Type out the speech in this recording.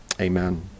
amen